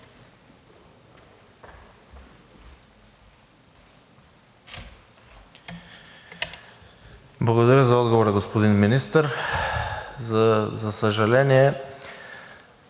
Благодаря за отговора, господин Министър. За съжаление,